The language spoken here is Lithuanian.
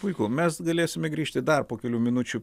puiku mes galėsime grįžti dar po kelių minučių